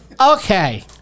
okay